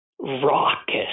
raucous